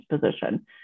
position